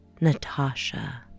Natasha